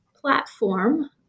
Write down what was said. platform